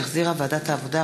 שהחזירה ועדת העבודה,